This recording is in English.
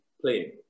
playing